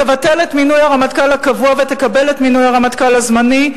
תבטל את מינוי הרמטכ"ל הקבוע ותקבל את מינוי הרמטכ"ל הזמני,